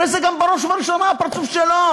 הרי בראש ובראשונה זה גם הפרצוף שלו,